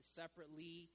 separately